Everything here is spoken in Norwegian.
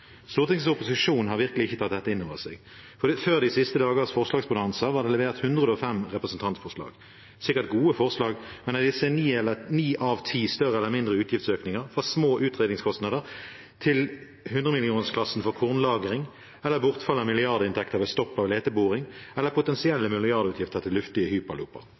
Stortingets opposisjon har virkelig ikke tatt dette inn over seg. Før de siste dagers forslagsbonanza var det levert 105 representantforslag. Sikkert gode forslag, men av disse er ni av ti større eller mindre utgiftsøkninger – fra små utredningskostnader til 100 mill. kr-klassen for kornlagring, bortfall av milliardinntekter for stopp av leteboring eller potensielle milliardutgifter til luftige